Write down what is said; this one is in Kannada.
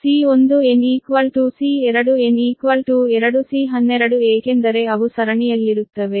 ಆದ್ದರಿಂದ C1nC2n 2 C12 ಏಕೆಂದರೆ ಅವು ಸರಣಿಯಲ್ಲಿರುತ್ತವೆ